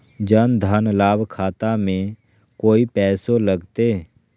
जन धन लाभ खाता में कोइ पैसों लगते?